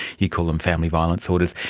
you call them family violence orders.